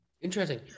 Interesting